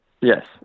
Yes